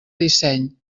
disseny